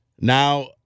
Now